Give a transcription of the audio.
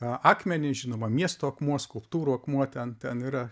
akmenį žinoma miesto akmuo skulptūrų akmuo ten ten yra